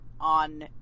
on